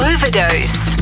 Overdose